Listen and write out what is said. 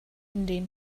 den